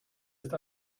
ist